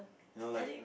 you know like